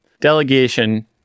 Delegation